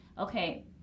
Okay